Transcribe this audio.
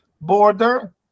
border